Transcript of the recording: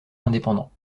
indépendant